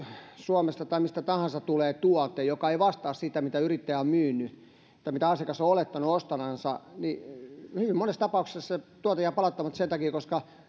suomesta tai mistä tahansa tulee tuote joka ei vastaa sitä mitä yrittäjä on myynyt tai mitä asiakas on olettanut ostaneensa niin hyvin monissa tapauksissa se tuote jää palauttamatta sen takia että